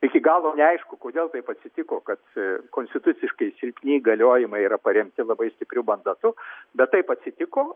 iki galo neaišku kodėl taip atsitiko kad konstituciškai silpni įgaliojimai yra paremti labai stipriu mandatu bet taip atsitiko